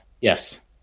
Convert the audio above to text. yes